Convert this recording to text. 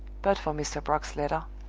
but for mr. brock's letter,